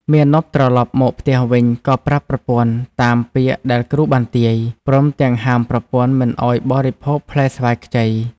មាណពត្រឡប់មកផ្ទះវិញក៏ប្រាប់ប្រពន្ធតាមពាក្យដែលគ្រូបានទាយ ព្រមទាំងហាមប្រពន្ធមិនឲ្យបរិភោគផ្លែស្វាយខ្ចី។